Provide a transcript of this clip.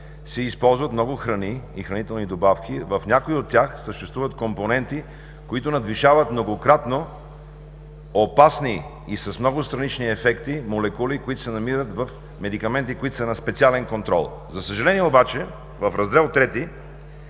се използват много храни и хранителни добавки. В някои от тях съществуват компоненти, които надвишават многократно опасни и с много странични ефекти молекули, които се намират в медикаменти, които са на специален контрол. За съжаление обаче, в Раздел